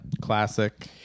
Classic